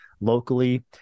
locally